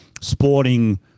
sporting